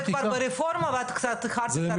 זה כבר ברפורמה ואת קצת איחרת את הרכבת.